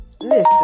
listen